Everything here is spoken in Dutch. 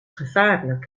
gevaarlijk